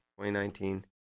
2019